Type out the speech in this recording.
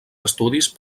estudis